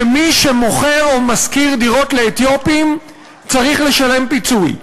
שמי שמוכר או משכיר דירה לאתיופים צריך לשלם פיצוי.